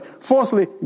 Fourthly